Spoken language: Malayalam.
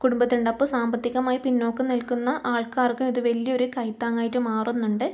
കുടുംബത്തിനുണ്ട് അപ്പോൾ സാമ്പത്തികമായി പിന്നോക്കം നിൽക്കുന്ന ആൾക്കാർക്കും ഇത് വലിയൊരു കൈത്താങ്ങായിട്ട് മാറുന്നുണ്ട്